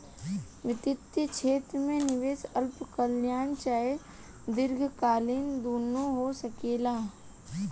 वित्तीय क्षेत्र में निवेश अल्पकालिक चाहे दीर्घकालिक दुनु हो सकेला